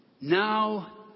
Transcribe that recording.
Now